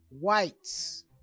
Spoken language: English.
whites